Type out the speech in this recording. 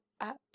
up